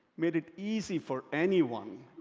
made it easy for anyone,